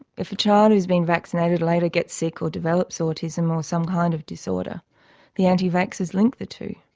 if a child who has been vaccinated later gets sick or develops autism or some kind of disorder the anti-vaxxers link the two.